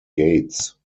gates